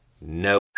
no